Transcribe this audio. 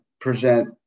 present